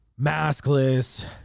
maskless